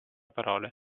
parole